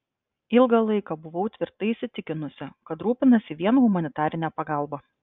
ilgą laiką buvau tvirtai įsitikinusi kad rūpinasi vien humanitarine pagalba